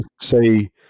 say